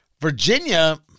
Virginia